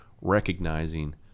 recognizing